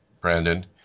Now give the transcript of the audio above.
Brandon